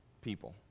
people